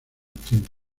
tiempo